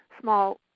small